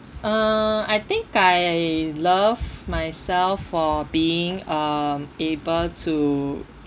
uh I think I love myself for being um able to